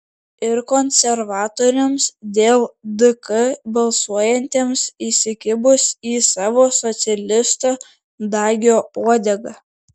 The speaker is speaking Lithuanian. ir konservatoriams dėl dk balsuojantiems įsikibus į savo socialisto dagio uodegą